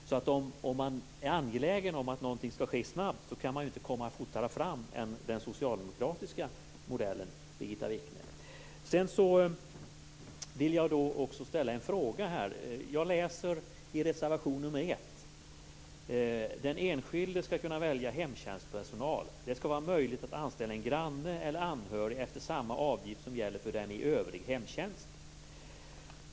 Så om man är angelägen om att någonting skall ske snabbt kan man inte komma fortare fram än om man tillämpar den socialdemokratiska modellen, står det: Den enskilde skall kunna välja hemtjänstpersonal. Det skall vara möjligt att anställa en granne eller anhörig efter samma avgift som gäller för den i övrig hemtjänst.